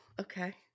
okay